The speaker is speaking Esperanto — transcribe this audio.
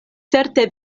certe